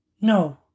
No